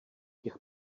těch